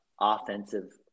offensive